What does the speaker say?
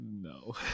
no